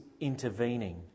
intervening